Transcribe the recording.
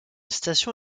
station